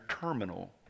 terminal